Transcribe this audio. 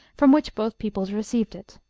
from which both peoples received it.